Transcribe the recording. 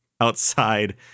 outside